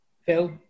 Phil